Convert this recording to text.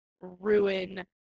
ruin